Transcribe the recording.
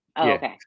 Okay